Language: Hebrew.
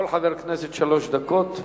כל חבר כנסת שלוש דקות.